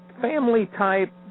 family-type